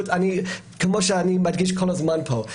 כמו שאני מדגיש כל הזמן פה,